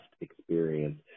experience